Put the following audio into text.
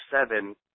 seven